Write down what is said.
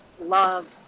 love